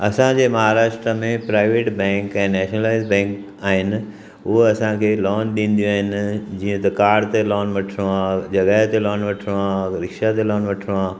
असांजे महाराष्ट्र में private bank आहिनि नेशनलाइज्ड बैंक आहिनि उहा असांखे लोन ॾींदियूं आहिनि जीअं त कार ते लोन वठिणो आहे जॻहि ते लोन वठिणो आहे रिक्शा ते लोन वठिणो आहे